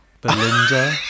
Belinda